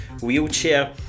wheelchair